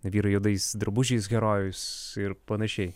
vyrai juodais drabužiais herojus ir panašiai